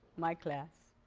my class,